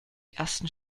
ersten